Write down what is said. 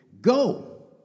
go